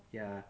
ya